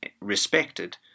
respected